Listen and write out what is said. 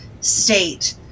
state